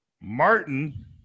martin